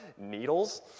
needles